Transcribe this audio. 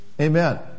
Amen